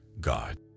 God